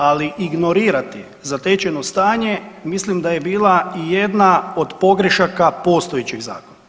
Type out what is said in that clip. Ali, ignorirati zatečeno stanje mislim da je bila jedna od pogrešaka postojećeg Zakona.